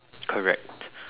correct